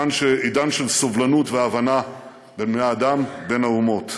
עידן של סובלנות והבנה בין בני-אדם, בין האומות.